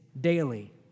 Daily